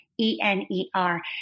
E-N-E-R